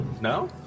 No